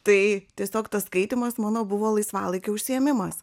tai tiesiog tas skaitymas mano buvo laisvalaikio užsiėmimas